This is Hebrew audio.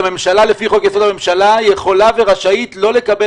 הממשלה לפי חוק-יסוד: הממשלה יכולה ורשאית לא לקבל